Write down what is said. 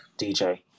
dj